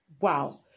Wow